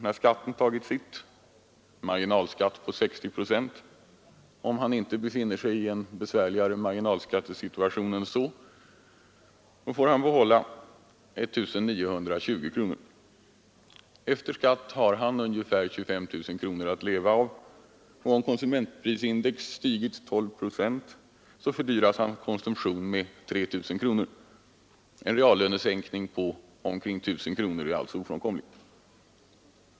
När skatten tagit sitt får han — med en marginalskatt på 60 procent, om han inte befinner sig i en besvärligare marginalskattesituation än så — behålla 1 920 kronor. Efter skatt har han ca 25 000 kronor att leva på. Om konsumentprisindex stiger med 12 procent fördyras hans konsumtion med 3 000 kronor. En reallönesänkning på drygt 1 000 kronor är alltså ofrånkomlig.